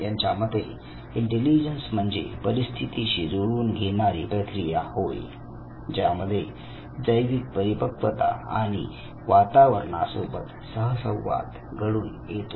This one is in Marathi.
त्यांच्या मते इंटेलिजन्स म्हणजे परिस्थितीशी जुळवून घेणारी प्रक्रिया होय ज्यामध्ये जैविक परिपक्वता आणि वातावरणा सोबत सह संवाद घडून येते